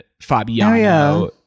Fabiano